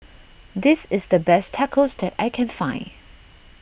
this is the best Tacos that I can find